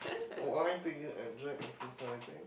why do you enjoy exercising